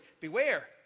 Beware